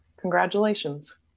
congratulations